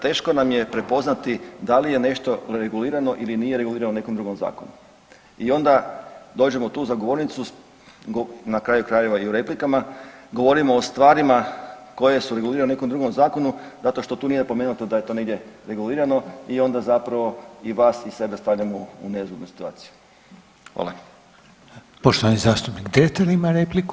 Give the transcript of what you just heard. Teško nam je prepoznati da li je nešto regulirano ili nije regulirano ili nije regulirano u nekom drugom zakonu i onda dođemo tu za govornicu, na kraju krajeva i u replikama, govorimo o stvarima koje su regulirane u nekom drugom zakonu zato što tu nije napomenuto da je to negdje regulirano i onda zapravo i vas i sebe stavljamo u nezgodnu situaciju.